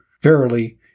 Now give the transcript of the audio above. Verily